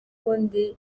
ubundi